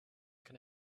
can